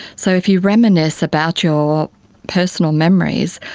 so if you reminisce about your personal memories,